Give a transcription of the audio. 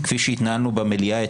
כפי שהתנהלנו במליאה אתמול,